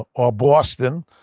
or boston,